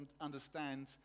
understand